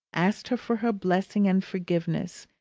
asked her for her blessing and forgiveness,